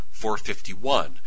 451